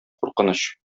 куркыныч